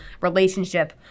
relationship